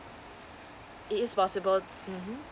it is possible mm